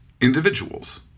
individuals